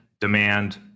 demand